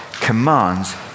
commands